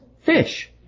fish